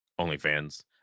OnlyFans